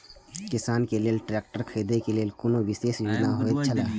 किसान के लेल ट्रैक्टर खरीदे के लेल कुनु विशेष योजना होयत छला?